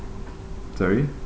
sorry